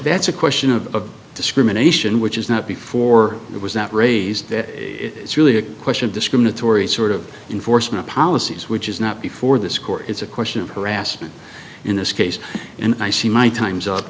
that's a question of discrimination which is not before it was not raised that it's really a question discriminatory sort of enforcement policies which is not before this court it's a question of harassment in this case and i see my time's up